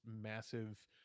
massive